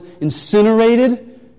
incinerated